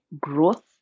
growth